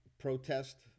protest